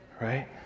right